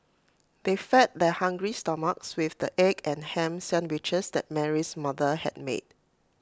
they fed their hungry stomachs with the egg and Ham Sandwiches that Mary's mother had made